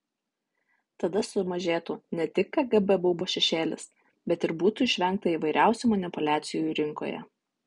tada sumažėtų ne tik kgb baubo šešėlis bet ir būtų išvengta įvairiausių manipuliacijų rinkoje